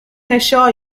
reassure